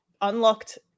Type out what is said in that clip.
unlocked